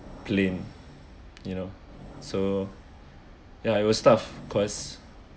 plane you know so yeah it was stuff cause